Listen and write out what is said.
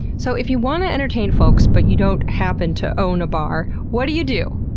so, if you wanna entertain folks but you don't happen to own a bar, what do you do?